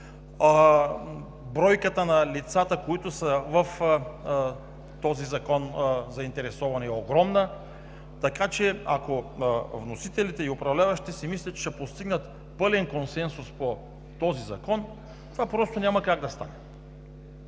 Бройката на заинтересованите лица е огромна. Така че ако вносителите и управляващите си мислят, че ще постигнат пълен консенсус по този закон, това просто няма как да стане.